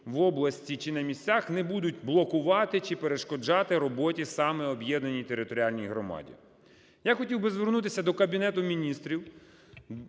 в області чи на місцях не будуть блокувати чи перешкоджати роботі саме Об'єднаній територіальній громаді. Я хотів би звернутися до Кабінету Міністрів,